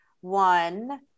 one